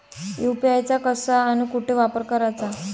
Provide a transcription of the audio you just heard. UPI चा कसा अन कुटी वापर कराचा?